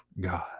God